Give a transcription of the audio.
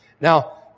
Now